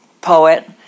poet